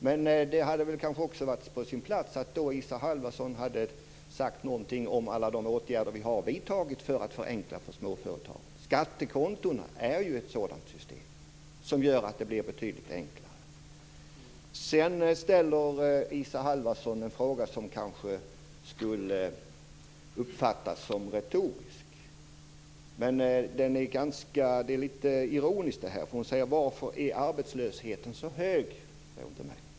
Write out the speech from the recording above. Men det hade varit på sin plats om Isa Halvarsson hade sagt något om alla de åtgärder vi har vidtagit för att förenkla för småföretagare. Skattekonton är ett sådant system som gör att det blir betydligt enklare. Sedan ställer Isa Halvarsson en fråga som kanske skulle uppfattas som retorisk. Det är litet ironiskt. Hon säger till mig: Varför är arbetslösheten så hög?